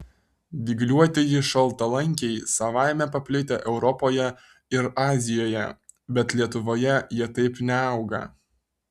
dygliuotieji šaltalankiai savaime paplitę europoje ir azijoje bet lietuvoje jie taip neauga